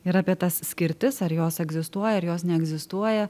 ir apie tas skirtis ar jos egzistuoja ar jos neegzistuoja